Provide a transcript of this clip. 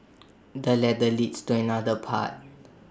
the ladder leads to another path